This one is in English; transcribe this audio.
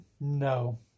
No